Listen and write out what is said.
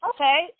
Okay